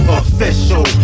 official